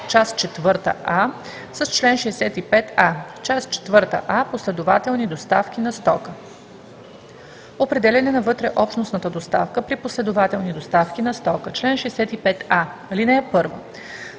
Част четвърта „А“ с чл. 65а: „Част четвърта „А“ Последователни доставки на стока Определяне на вътреобщностната доставка при последователни доставки на стока Чл. 65а. (1)